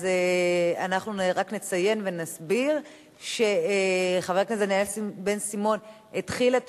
אז אנחנו רק נציין ונסביר שחבר הכנסת דניאל בן-סימון התחיל את